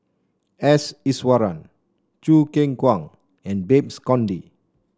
S Iswaran Choo Keng Kwang and Babes Conde